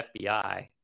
FBI